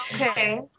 Okay